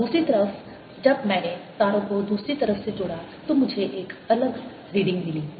दूसरी तरफ जब मैंने तारों को दूसरी तरफ से जोड़ा तो मुझे एक अलग रीडिंग मिली